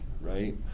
right